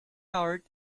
court